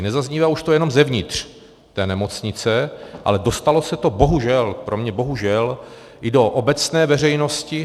Nezaznívá už to jenom zevnitř té nemocnice, ale dostalo se to bohužel pro mě bohužel i do obecné veřejnosti.